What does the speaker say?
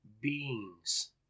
beings